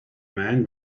man